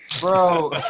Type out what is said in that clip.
Bro